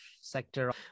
sector